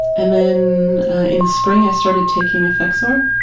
and then in spring i started taking effexor.